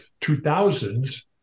2000s